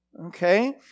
Okay